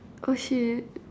oh shit